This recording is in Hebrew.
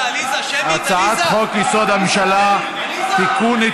הצעת חוק-יסוד: הממשלה (תיקון,